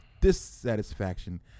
dissatisfaction